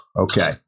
Okay